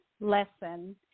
lesson